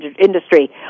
industry